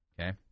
okay